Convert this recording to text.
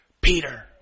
Peter